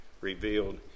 revealed